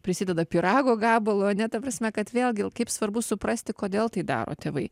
prisideda pyrago gabalu ane ta prasme kad vėlgi kaip svarbu suprasti kodėl tai daro tėvai